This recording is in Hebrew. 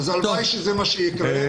הלוואי שזה מה שיקרה.